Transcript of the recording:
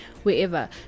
Wherever